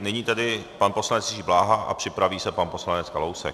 Nyní tedy pan poslanec Jiří Bláha a připraví se pan poslanec Kalousek.